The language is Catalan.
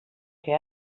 que